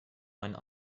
meinen